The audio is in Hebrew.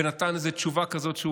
ונתן איזו תשובה כזאת,